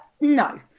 no